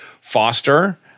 foster